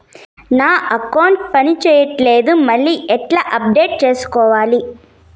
నా అకౌంట్ పని చేయట్లేదు మళ్ళీ ఎట్లా అప్డేట్ సేసుకోవాలి?